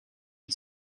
and